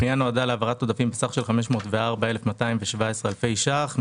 הפנייה נועדה להעברת עודפים בסך של 504,217 אלפי שקלים,